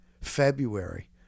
February